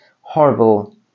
Horrible